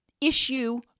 issue